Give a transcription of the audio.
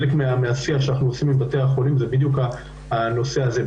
חלק מהשיח שאנחנו עושים עם בתי החולים זה בדיוק הנושא הזה.